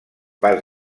pas